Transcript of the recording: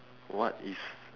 what is